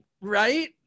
right